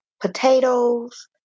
potatoes